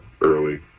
early